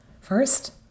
First